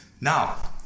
Now